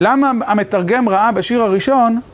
למה המתרגם ראה בשיר הראשון